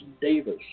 Davis